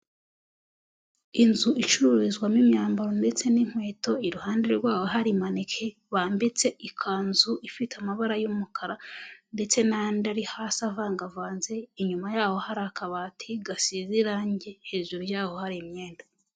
Inzu icururizwamo imyambaro ndetse n'inkweto iruhande rwaho hari maneke bambitse ikanzu ifite amabara y'umukara ndetse n'andi ari hasi avangavanze, inyuma yaho hari akabati gasize irange, hejuru yaho hari imyenda.